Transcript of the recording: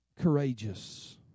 Courageous